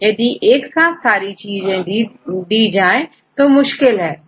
यदि एक साथ सारी चीजें दे दी जाए तो मुश्किल होगी